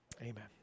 Amen